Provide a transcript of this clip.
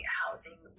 housing